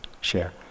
share